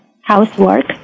housework